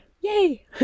yay